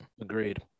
Agreed